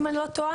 אם אני לא טועה,